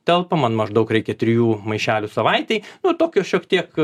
telpa man maždaug reikia trijų maišelių savaitei nu tokio šiek tiek